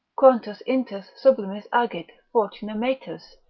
quantos intus sublimis agit fortuna metus?